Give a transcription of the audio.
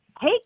Hey